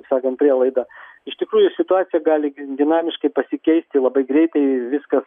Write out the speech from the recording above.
sakant prielaida iš tikrųjų situacija gali gi dinamiškai pasikeisti labai greitai viskas